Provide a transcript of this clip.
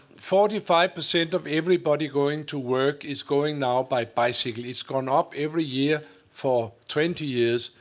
forty five percent of everybody going to work is going now by bicycle. it's gone up every year for twenty years.